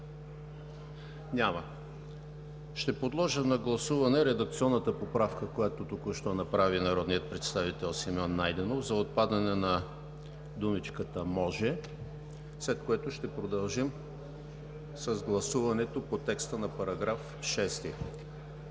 Няма. Ще подложа на гласуване редакционната поправка, която току-що направи народният представител Симеон Найденов, за отпадане на думичката „може“, след което ще продължим с гласуването по текста на § 6.